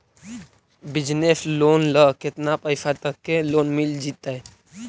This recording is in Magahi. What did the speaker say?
बिजनेस लोन ल केतना पैसा तक के लोन मिल जितै?